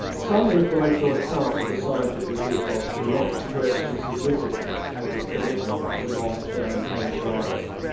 some influential accounts of the scientific ethos do not stress the significance of the commitment to long-term inquiry.